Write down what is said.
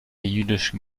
jüdischen